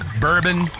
bourbon